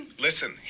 Listen